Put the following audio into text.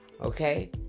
Okay